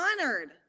honored